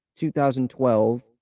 2012